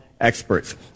experts